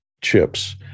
chips